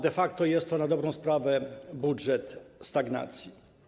De facto jest to na dobrą sprawę budżet stagnacji.